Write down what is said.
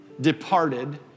departed